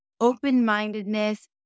open-mindedness